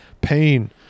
pain